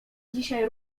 dzisiaj